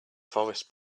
forest